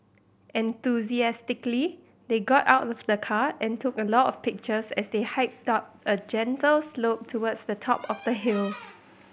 enthusiastically they got out of the car and took a lot of pictures as they hiked up a gentle slope towards the top of the hill